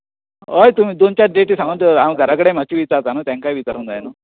हय तुमी दोन चार डॅटी सांगून दवरात हांव घरा कडेन मातशे विचारतां तांकांय विचारूंक जाय न्हू